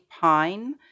pine